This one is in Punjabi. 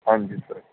ਹਾਂਜੀ ਸਰ